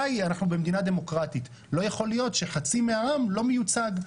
לא יכול להיות שבמדינה דמוקרטית חצי מהעם לא מיוצג,